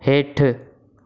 हेठि